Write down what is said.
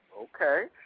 Okay